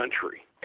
country